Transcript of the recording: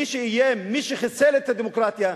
מי שאיים, מי שחיסל את הדמוקרטיה,